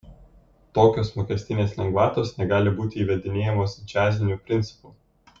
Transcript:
tokios mokestinės lengvatos negali būti įvedinėjamos džiaziniu principu